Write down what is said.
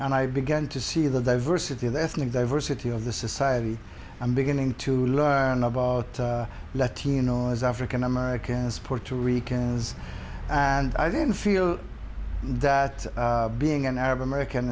and i began to see the diversity of the ethnic diversity of the society i'm beginning to learn about latino as african americans puerto rican and i didn't feel that being an arab american